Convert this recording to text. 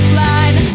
line